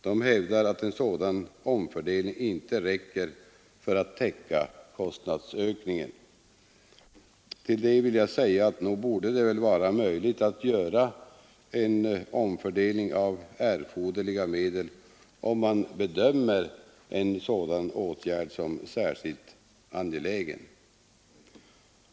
De hävdar att en sådan omfördelning inte räcker för att täcka kostnadsökningen. Till detta vill jag säga att nog borde det väl vara möjligt att göra en omfördelning av erforderliga medel, om man bedömer en sådan åtgärd som särskilt angelägen.